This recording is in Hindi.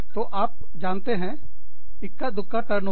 तो आप जानते हैं इक्का दुक्का टर्नओवर